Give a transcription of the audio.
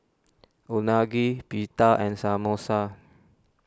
Unagi Pita and Samosa